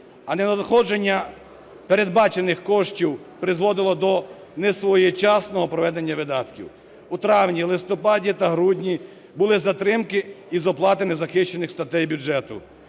А ненадходження передбачених коштів призводило до несвоєчасного проведення видатків. У травні, листопаді та грудні були затримки із оплатами захищених статей бюджету.